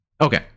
Okay